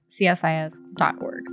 csis.org